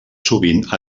sovint